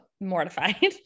mortified